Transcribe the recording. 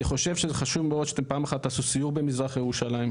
אני חושב שזה חשוב מאוד שאתם פעם אחת תעשו סיור במזרח ירושלים.